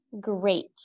great